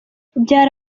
byari